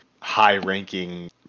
high-ranking